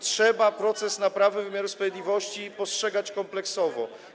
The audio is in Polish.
Trzeba proces naprawy wymiaru sprawiedliwości postrzegać kompleksowo.